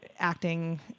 acting